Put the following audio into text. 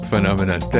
phenomenon